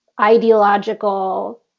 ideological